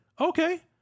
okay